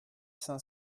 cinq